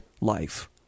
life